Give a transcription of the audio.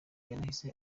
yanahise